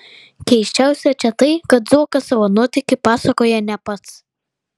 keisčiausia čia tai kad zuokas savo nuotykį pasakoja ne pats